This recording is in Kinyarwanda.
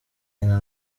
nyina